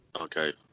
Okay